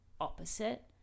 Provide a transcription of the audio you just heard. opposite